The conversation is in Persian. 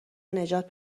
نجات